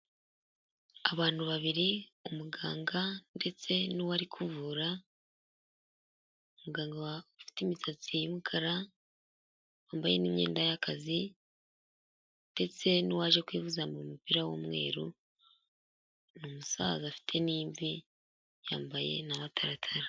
Abantu babiri umuganga ndetse n'uwo ari kuvura, umuganga ufite imisatsi y'umukara wambaye n'iyenda y'akazi ndetse n'uwaje kwivuza yambaye umupira w'umweru, ni umusaza afite n'imvi yambaye n'amataratara.